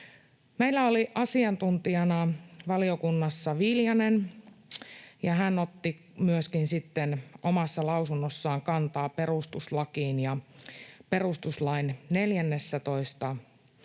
Meillä oli asiantuntijana valiokunnassa Viljanen, ja hän otti myöskin sitten omassa lausunnossaan kantaa perustuslakiin, ja perustuslain 14